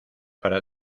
para